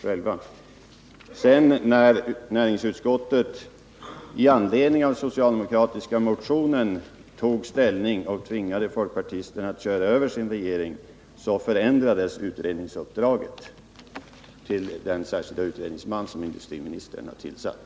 Sedan när näringsutskottet i anledning av den socialdemokratiska motionen tog ställning och tvingade folkpartisterna att köra över sin regering, förändrades utredningsuppdraget till den särskilda utredningsman som industriministern har tillsatt.